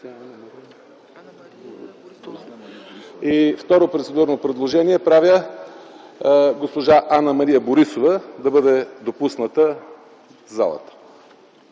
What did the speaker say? Второ процедурно предложение: госпожа Анна-Мария Борисова да бъде допусната в